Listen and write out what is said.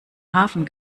hafen